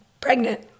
pregnant